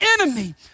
enemy